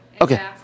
Okay